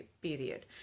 period